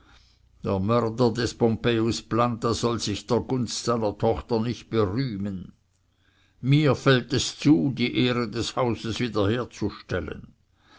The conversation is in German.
der mörder des pompejus planta soll sich der gunst seiner tochter nicht berühmen mir fällt es zu die ehre des hauses wiederherzustellen